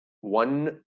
One